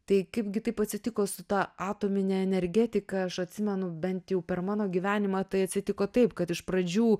tai kaipgi taip atsitiko su ta atomine energetika aš atsimenu bent jau per mano gyvenimą tai atsitiko taip kad iš pradžių